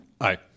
Aye